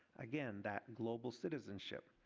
again, that global citizenship.